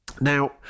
Now